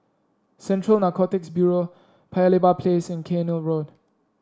Central Narcotics Bureau Paya Lebar Place and Cairnhill Road